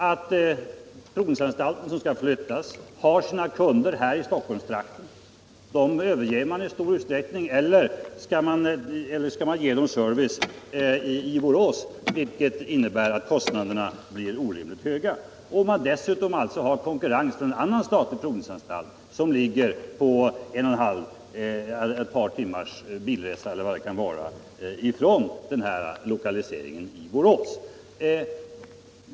Den provningsanstalt som skall flyttas har sina kunder här i Stockholmstrakten. De överges i stor utsträckning — eller skall man ge service i Borås, vilket innebär att kostnaderna blir orimligt höga? Dessutom har man konkurrens från en annan statlig provningsanstalt, som ligger på ett par timmars bilreseavstånd från lokaliseringen i Borås.